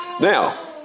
Now